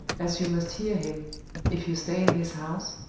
as you must hear him if you stay in this house?